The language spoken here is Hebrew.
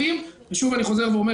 שוב אני חוזר ואומר,